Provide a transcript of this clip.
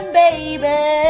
baby